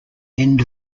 end